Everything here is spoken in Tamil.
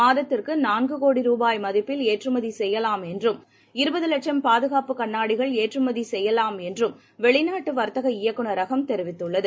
மாதத்திற்குநான்குகோடி ரூபாய் மதிப்பில் ஏற்றுமதிசெய்யலாம் என்றும் மருத்துவ இருபதுலட்சும் பாதுகாப்பு கண்ணாடிகள் ஏற்றுமதிசெய்யலாம் என்றுவெளிநாட்டுவர்த்தக இயக்குனரகம் தெரிவித்துள்ளது